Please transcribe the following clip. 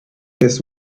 his